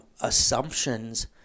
assumptions